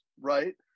right